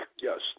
yes